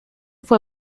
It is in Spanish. fue